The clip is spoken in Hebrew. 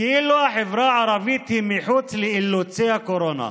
כאילו החברה הערבית היא מחוץ לאילוצי הקורונה.